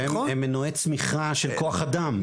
והם מנועי צמיחה של כוח אדם,